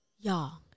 Y'all